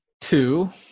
two